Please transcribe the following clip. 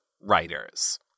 writers